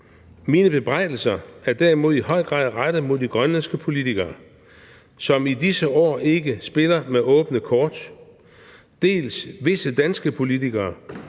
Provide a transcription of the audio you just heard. Mine bebrejdelser er derimod i høj grad rettet mod de grønlandske politikere, som i disse år ikke spiller med åbne kort, dels visse danske politikere,